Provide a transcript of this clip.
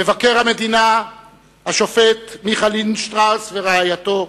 מבקר המדינה השופט מיכה לינדנשטראוס ורעייתו,